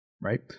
right